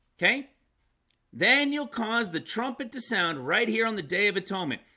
okay then you'll cause the trumpet to sound right here on the day of atonement.